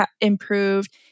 improved